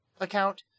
account